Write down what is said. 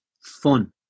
fun